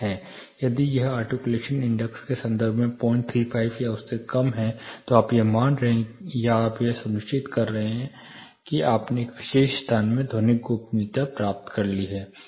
यदि यह articulation index के संदर्भ में 035 या उससे कम है तो आप यह मान रहे हैं या आप यह सुनिश्चित कर सकते हैं कि आपने एक विशेष स्थान में ध्वनिक गोपनीयता प्राप्त की है